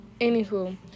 Anywho